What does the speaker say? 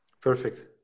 Perfect